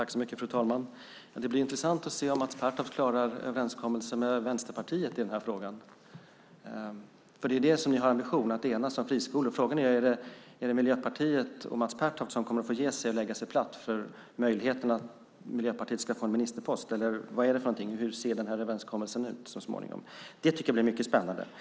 Fru talman! Det blir intressant att se om Mats Pertoft klarar överenskommelsen med Vänsterpartiet i den här frågan. Ni har ju en ambition att enas om friskolor. Frågan är om det då är Miljöpartiet och Mats Pertoft som kommer att få ge sig och lägga sig platt för att göra det möjligt att Miljöpartiet ska kunna få en ministerpost. Hur kommer överenskommelsen att se ut så småningom? Det ska bli spännande att se.